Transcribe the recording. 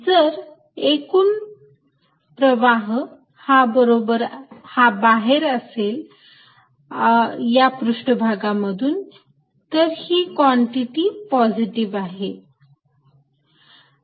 जर एकूण प्रवाह हा बाहेर असेल या पृष्ठ भागांमधून ही कॉन्टिटी पॉझिटिव्ह आहे